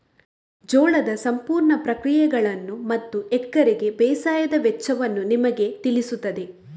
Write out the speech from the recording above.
ಜೋಳದ ಸಂಪೂರ್ಣ ಪ್ರಕ್ರಿಯೆಯನ್ನು ಮತ್ತು ಎಕರೆಗೆ ಬೇಸಾಯದ ವೆಚ್ಚವನ್ನು ನಿಮಗೆ ತಿಳಿಸುತ್ತದೆ